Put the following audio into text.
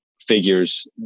figures